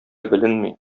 беленми